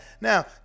Now